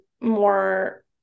more